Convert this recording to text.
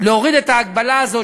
להוריד את ההגבלה הזו,